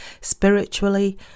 Spiritually